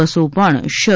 બસો પણ શરૂ